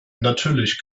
natürlich